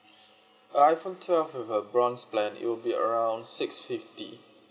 iphone twelve with a bronze plan it will be around six fifty